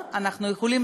ואני רוצה